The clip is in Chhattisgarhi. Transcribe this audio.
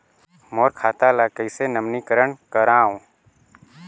मोर खाता ल कइसे नवीनीकरण कराओ?